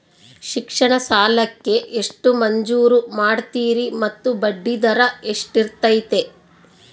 ಶಿಕ್ಷಣ ಸಾಲಕ್ಕೆ ಎಷ್ಟು ಮಂಜೂರು ಮಾಡ್ತೇರಿ ಮತ್ತು ಬಡ್ಡಿದರ ಎಷ್ಟಿರ್ತೈತೆ?